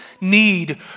need